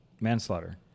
manslaughter